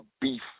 beef